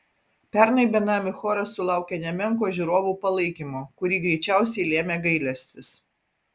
pernai benamių choras sulaukė nemenko žiūrovų palaikymo kurį greičiausiai lėmė gailestis